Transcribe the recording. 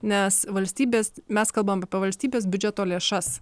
nes valstybės mes kalbam apie valstybės biudžeto lėšas